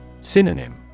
Synonym